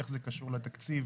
איך זה קשור לתקציב?